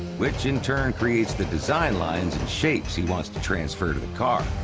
which in turn creates the design lines and shapes he wants to transfer to the car.